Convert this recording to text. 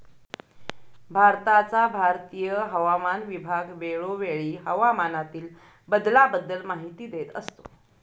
भारताचा भारतीय हवामान विभाग वेळोवेळी हवामानातील बदलाबद्दल माहिती देत असतो